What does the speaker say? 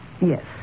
Yes